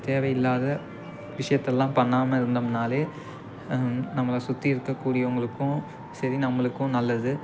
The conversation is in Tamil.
தேவையில்லாத விஷயத்தெல்லாம் பண்ணாமல் இருந்தம்னாலே நம்மளை சுற்றி இருக்கற கூடியவங்களுக்கும் சரி நம்மளுக்கும் நல்லது